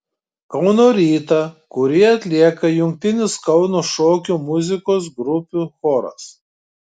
kauno rytą kurį atlieka jungtinis kauno šokių muzikos grupių choras